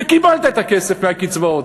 וקיבלת את הכסף מהקצבאות.